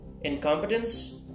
incompetence